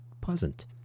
pleasant